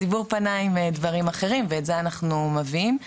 הציבור פנה עם דברים אחרים, ואת זה אנחנו מביאים.